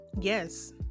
yes